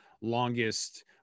longest